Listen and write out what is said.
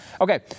Okay